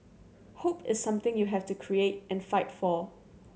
hope is something you have to create and fight for